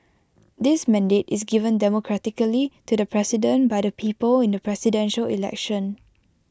this mandate is given democratically to the president by the people in the Presidential Election